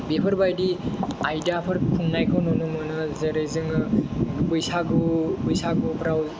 बेफोरबायदि आयदाफोर खुंनायखौ नुनो मोनो जेरै जोङो बैसागु बैसागुफ्राव